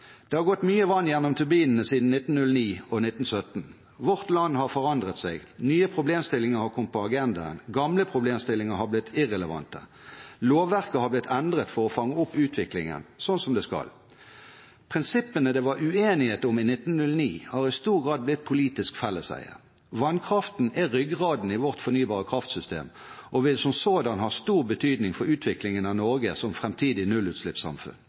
Det har gått mye vann gjennom turbinene siden 1909 og 1917. Vårt land har forandret seg. Nye problemstillinger har kommet på agendaen. Gamle problemstillinger har blitt irrelevante. Lovverket har blitt endret for å fange opp utviklingen, slik det skal. Prinsippene det var uenighet om i 1909, har i stor grad blitt politisk felleseie. Vannkraften er ryggraden i vårt fornybare kraftsystem og vil som sådan ha stor betydning for utviklingen av Norge som framtidig nullutslippssamfunn.